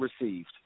received